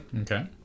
Okay